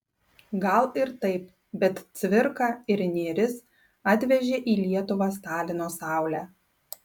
gal ir taip bet cvirka ir nėris atvežė į lietuvą stalino saulę